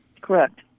Correct